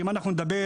אם אנחנו נדבר